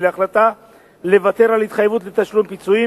להחלטה לוותר על התחייבות לתשלום פיצויים,